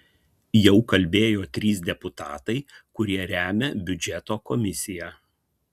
jau kalbėjo trys deputatai kurie remia biudžeto komisiją